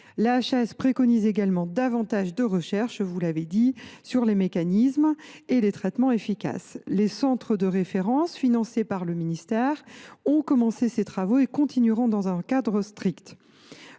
La HAS préconise également une recherche plus importante, vous l’avez dit, sur les mécanismes et sur les traitements efficaces. Les centres de référence, financés par le ministère, ont commencé ces travaux et les poursuivront dans un cadre strict.